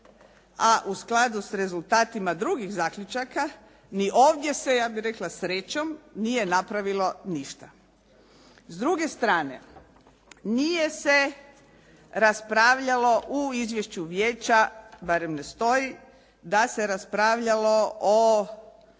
a u skladu s rezultatima drugih zaključaka ni ovdje se, ja bih rekla srećom, nije napravilo ništa. S druge strane nije se raspravljalo u izvješću vijeća, barem ne stoji da se raspravljalo o,